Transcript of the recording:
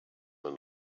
man